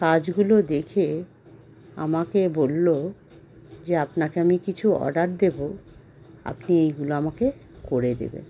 কাজগুলো দেখে আমাকে বলল যে আপনাকে আমি কিছু অর্ডার দেব আপনি এইগুলো আমাকে করে দেবেন